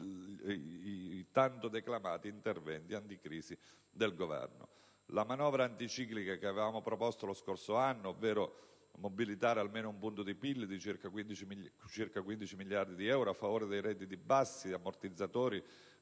i tanto declamati interventi anticrisi del Governo. La manovra anticiclica che avevamo proposto lo scorso anno, ovvero mobilitare almeno un punto di PIL, circa 15 miliardi di euro, a favore dei redditi bassi, ammortizzatori